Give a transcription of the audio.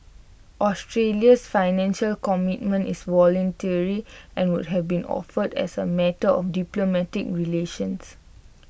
Australia's Financial Commitment is voluntary and would have been offered as A matter of diplomatic relations